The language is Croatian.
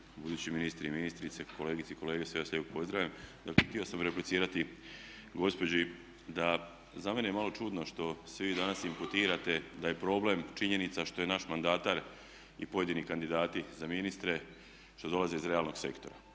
budući ministri i ministrice, kolegice i kolege sve vas lijepo pozdravljam. Dakle htio sam replicirati gospođi da za mene je malo čudno što svi danas imputirate da je problem činjenica što je naš mandatar i pojedini kandidati za ministre što dolaze iz realnog sektora.